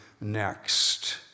Next